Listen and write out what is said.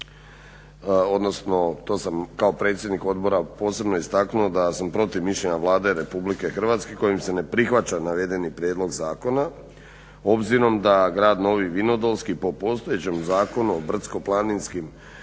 odnosno to sam kao predsjednik odbora posebno istaknuo da sam protiv mišljenja Vlade Republike Hrvatske kojim se ne prihvaća navedeni prijedlog zakona, obzirom da Grad Novi Vinodolski po postojećem Zakonu o brdsko-planinskim